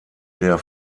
der